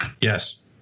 Yes